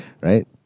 Right